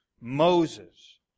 Moses